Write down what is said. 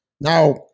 Now